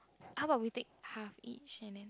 how about we take half each and then